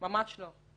ממש לא.